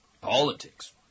politics